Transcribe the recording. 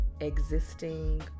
existing